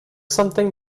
something